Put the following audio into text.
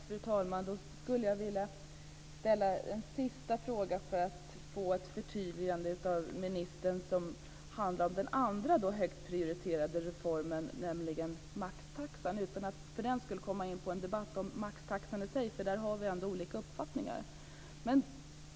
Fru talman! Jag skulle vilja ställa en sista fråga för att från ministern få ett förtydligande beträffande den andra högt prioriterade reformen, nämligen maxtaxan; detta utan att komma in på en debatt om maxtaxan i sig, för där har vi ändå olika uppfattningar.